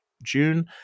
June